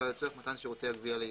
אלא לצורך מתן שירותי הגבייה לעירייה.